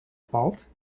fault